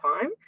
time